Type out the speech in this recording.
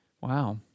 Wow